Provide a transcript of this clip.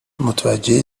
متوجه